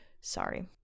sorry